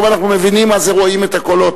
היום, אנחנו מבינים מה זה רואים את הקולות.